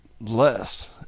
less